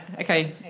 okay